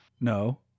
No